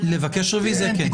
לבקש רוויזיה, כן.